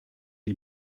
die